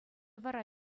вара